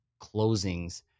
closings